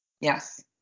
Yes